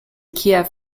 kiev